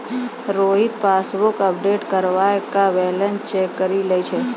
Rohit passbook update करबाय के balance check करि लै छै